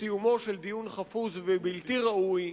בסיומו של דיון חפוז ובלתי ראוי,